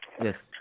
Yes